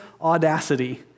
audacity